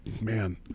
Man